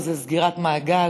וזו סגירת מעגל,